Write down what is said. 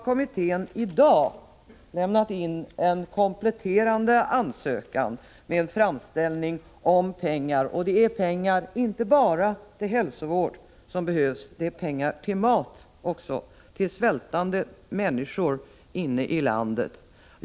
Kommittén har i dag lämnat in en kompletterande ansökan med en framställning om pengar. Det är inte bara pengar till hälsovård som behövs utan även pengar till mat för svältande människor inne i landet.